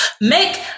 make